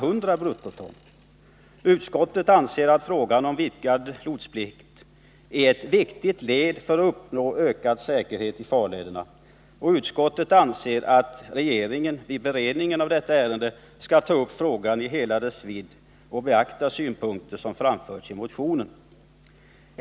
Utskottet anser att frågan om en vidgad lotsplikt utgör ett viktigt led i strävan att nå ökad säkerhet i farlederna och att regeringen vid beredningen av detta ärende skall ta upp frågan i hela dess vidd och beakta synpunkter som framförts i motionen.